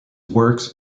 works